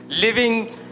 Living